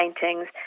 paintings